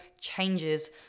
changes